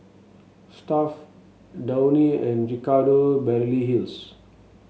Stuffd Downy and Ricardo Beverly Hills